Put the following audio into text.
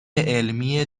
علمی